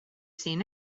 seen